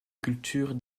culture